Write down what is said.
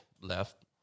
left